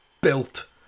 built